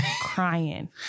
Crying